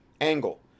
angle